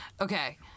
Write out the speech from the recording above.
Okay